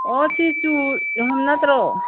ꯑꯣ ꯁꯤ ꯆꯨ ꯌꯣꯟꯐꯝ ꯅꯠꯇ꯭ꯔꯣ